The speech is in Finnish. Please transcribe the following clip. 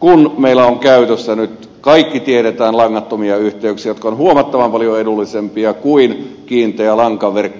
kun meillä on käytössä nyt kaikki tiedämme langattomia yhteyksiä jotka ovat huomattavan paljon edullisempia kuin kiinteä lankaverkko